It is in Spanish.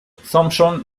thomson